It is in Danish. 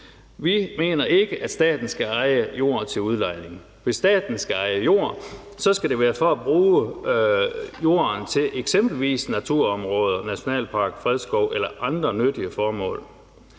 Vi mener ikke, at staten skal eje jord til udlejning. Hvis staten skal eje jord, skal det være for at bruge jorden til eksempelvis naturområder, nationalparker, fredskove eller andre nyttige formål.